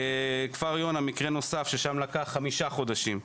בכפר יונה מקרה נוסף שם לקחו חמישה חודשים.